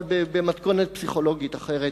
אבל במתכונת פסיכולוגית אחרת.